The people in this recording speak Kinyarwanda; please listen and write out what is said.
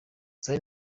zari